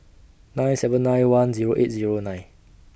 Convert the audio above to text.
nine seven nine one Zero eight Zero nine